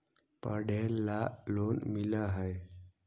पढ़े ला लोन मिल है?